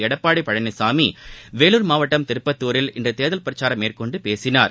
எடப்பாடி பழனிசாமி வேலூர் மாவட்டம் திருப்பத்தூரில் இன்று தேர்தல் பிரச்சாரம் மேற்கொண்டு பேசினார்